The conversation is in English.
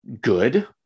good